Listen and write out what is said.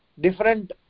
different